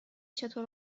چطور